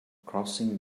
crossing